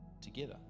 together